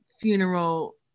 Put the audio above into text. funeral